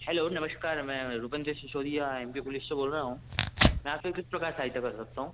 hello नमस्कार मैं Rupendra Sisodia M P police से बोल रहा हूँ मैं आपकी किस प्रकार सहायता कर सकता हूँ